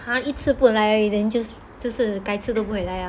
!huh! 一次不来而已 then just 就是改次都不会来啊